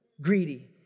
greedy